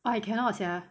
I cannot sia